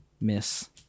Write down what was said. Miss